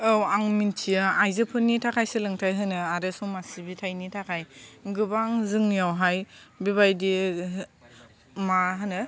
औ आं मिन्थियो आइजोफोरनि थाखाय सोलोंथाय होनो आरो समाज सिबिथायनि थाखाय गोबां जोंनियावहाय बेबायदि मा होनो